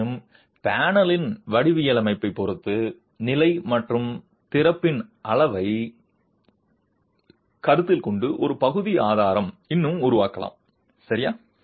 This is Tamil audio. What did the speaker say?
இருப்பினும் பேனலின் வடிவவியலைப் பொறுத்து நிலை மற்றும் திறப்பின் அளவைக் கருத்தில் கொண்டு ஒரு பகுதி ஆதாரம் இன்னும் உருவாகலாம் சரியா